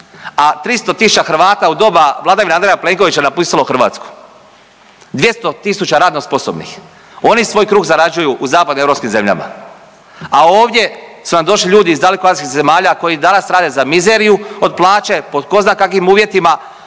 a 300 tisuća Hrvata u doba vladavine Andreja Plenkovića je napustilo Hrvatsku, 200 tisuća radno sposobnih, oni svoj kruh zarađuju u zapadnoeuropskim zemljama, a ovdje su nam došli ljudi iz daleko azijskih zemalja koji danas rade za mizeriju od plaće po tko zna kakvim uvjetima,